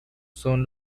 son